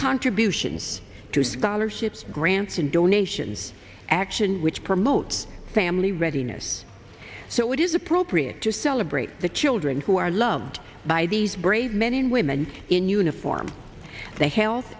contributions to scholarships grants and donations action which promotes family readiness so it is appropriate to celebrate the children who are loved by these brave men and women in uniform the health